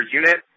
unit